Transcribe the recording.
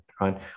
right